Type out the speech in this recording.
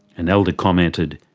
an elder commented,